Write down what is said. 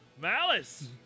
Malice